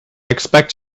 expect